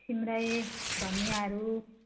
सिमरायो धनियाँहरू